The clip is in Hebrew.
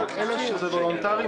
אבל זה --- כל אלה שזה וולונטרי,